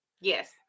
yes